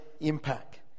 impact